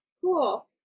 Cool